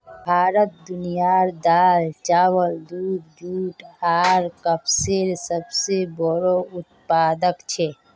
भारत दुनियार दाल, चावल, दूध, जुट आर कपसेर सबसे बोड़ो उत्पादक छे